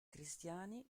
cristiani